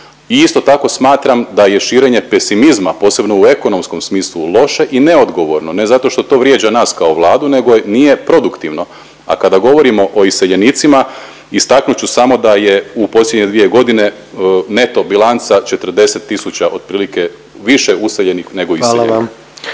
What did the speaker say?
isto tako smatram da je širenje pesimizma, posebno u ekonomskom smislu loše i neodgovorno, ne zato što to vrijeđa nas kao Vladu nego nije produktivno. A kada govorimo o iseljenicima, istaknut ću samo da je u posljednje dvije godine neto bilanca 40 tisuća otprilike više useljenih nego iseljenih.